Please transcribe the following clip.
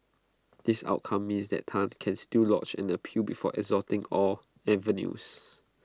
this outcome means that Tan can still lodge an appeal before exhausting all avenues